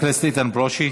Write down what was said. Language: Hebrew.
חבר הכנסת איתן ברושי,